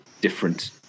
different